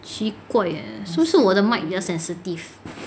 奇怪 eh 是不是我的 mike 比较 sensitive